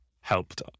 helped